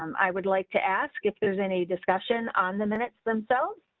um i would like to ask if there's any discussion on the minutes themselves.